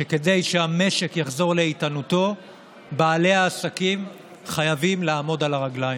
שכדי שהמשק יחזור לאיתנותו בעלי העסקים חייבים לעמוד על הרגליים.